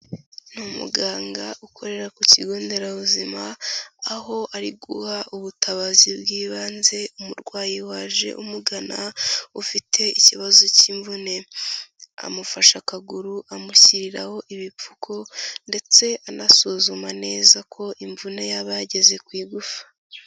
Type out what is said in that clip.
Ni umuganga ukorera ku kigo nderabuzima, aho ari guha ubutabazi bw'ibanze umurwayi waje umugana, ufite ikibazo cy'imvune, amufashe akaguru, amushyiriraho ibipfuko ndetse anasuzuma neza ko imvune yaba yageze ku igufa.